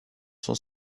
sont